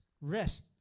rest